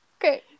okay